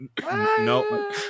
No